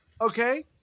Okay